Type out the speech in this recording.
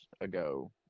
ago